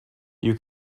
you